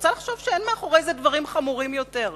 רוצה לחשוב שיש מאחורי זה דברים חמורים יותר.